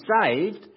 saved